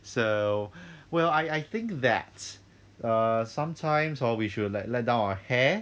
so well I I think that err sometimes err we should like let down our hair